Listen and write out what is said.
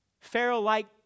Pharaoh-like